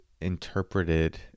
interpreted